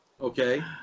okay